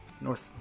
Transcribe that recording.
North